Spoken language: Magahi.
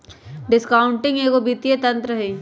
डिस्काउंटिंग एगो वित्तीय तंत्र हइ